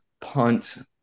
punt